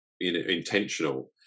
intentional